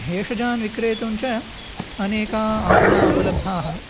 भेषजान् विक्रयतुं च अनेकाः आपणाः उपलब्धाः